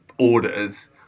Orders